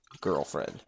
girlfriend